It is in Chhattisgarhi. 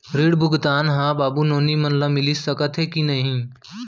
ऋण भुगतान ह बाबू नोनी मन ला मिलिस सकथे की नहीं?